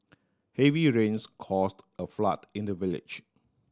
heavy rains caused a flood in the village